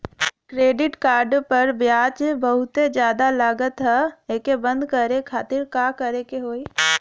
Credit card पर ब्याज बहुते ज्यादा लगत ह एके बंद करे खातिर का करे के होई?